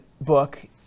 book